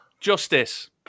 Justice